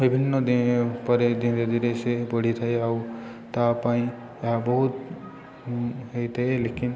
ବିଭିନ୍ନ ଦେ ପରେ ଧୀରେ ଧୀରେ ସେ ବଢ଼ିଥାଏ ଆଉ ତା ପାଇଁ ଏହା ବହୁତ ହୋଇଥାଏ ଲେକିନ୍